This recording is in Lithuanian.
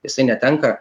jisai netenka